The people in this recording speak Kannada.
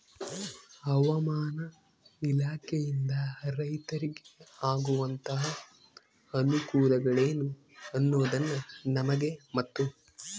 ಹವಾಮಾನ ಇಲಾಖೆಯಿಂದ ರೈತರಿಗೆ ಆಗುವಂತಹ ಅನುಕೂಲಗಳೇನು ಅನ್ನೋದನ್ನ ನಮಗೆ ಮತ್ತು?